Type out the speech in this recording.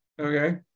okay